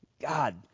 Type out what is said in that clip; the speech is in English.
God